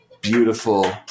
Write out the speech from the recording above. beautiful